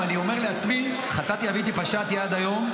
אני אומר לעצמי, חטאתי, עוויתי, פשעתי, עד היום,